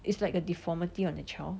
it's like a deformity on their child